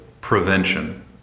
prevention